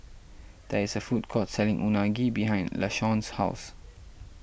there is a food court selling Unagi behind Lashawn's house